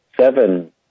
seven